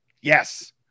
yes